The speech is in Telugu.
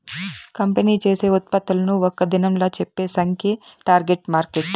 కంపెనీ చేసే ఉత్పత్తులను ఒక్క దినంలా చెప్పే సంఖ్యే టార్గెట్ మార్కెట్